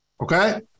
Okay